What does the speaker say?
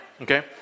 okay